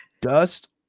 Dust